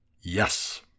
yes